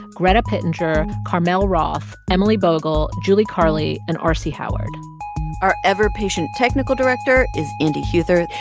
greta pittenger, carmel wroth, emily bogle, julie carli and r c. howard are ever-patient technical director is andy huether,